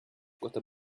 gotta